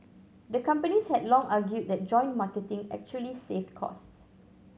the companies had long argued that joint marketing actually saved costs